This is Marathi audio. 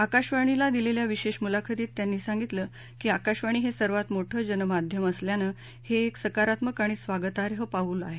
आकाशवाणीला दिलेल्या विशेष मुलाखतीत त्यांनी सांगितलं की आकाशवाणी हे सर्वात मोठं जनमाध्यम असल्यानं हे एक सकारात्मक आणि स्वागतार्ह पाऊल आहे